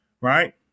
right